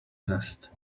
zest